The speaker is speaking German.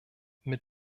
mit